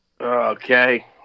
Okay